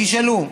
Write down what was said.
תשאלו,